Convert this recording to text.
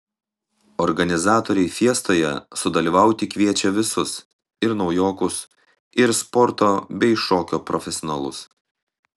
organizatoriai fiestoje sudalyvauti kviečia visus ir naujokus ir sporto bei šokio profesionalus